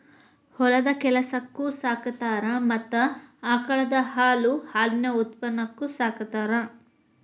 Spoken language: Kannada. ಹೊಲದ ಕೆಲಸಕ್ಕು ಸಾಕತಾರ ಮತ್ತ ಆಕಳದ ಹಾಲು ಹಾಲಿನ ಉತ್ಪನ್ನಕ್ಕು ಸಾಕತಾರ